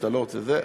שאתה לא רוצה את זה?